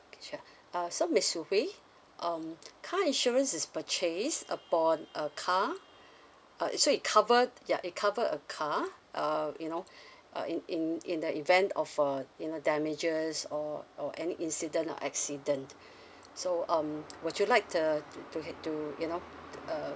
okay sure uh so miss shu hwei um car insurance is purchase upon a car uh so it cover ya it cover a car uh you know uh in in in the event of a you know damages or or any incident like accident so um would you like the to uh to you know uh